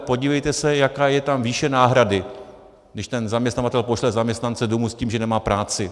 Podívejte se, jaká je tam výše náhrady, když ten zaměstnavatel pošle zaměstnance domů s tím, že nemá práci.